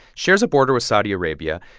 shares a border with saudi arabia.